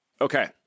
Okay